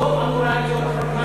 לא אמורה להיות חתימה של כולם.